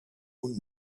und